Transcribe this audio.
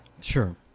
Sure